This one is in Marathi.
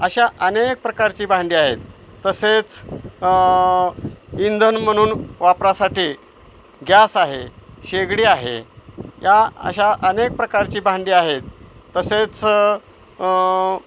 अशा अनेक प्रकारची भांडी आहेत तसेच इंधन म्हणून वापरासाठी गॅस आहे शेगडी आहे या अशा अनेक प्रकारची भांडी आहेत तसेच